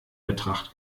betracht